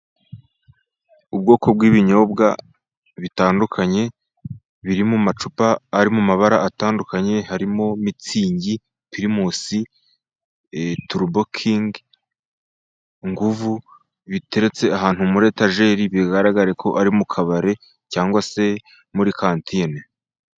Ubwoko bw'ibinyobwa bitandukanye biri mu amacupa ari mu mabara atandukanye harimo: mitsingi, primusi, e turubo kingi, nguvu biteretse ahantu muri etageri bigaragare ko ari mu kabari cyangwa se muri kantine.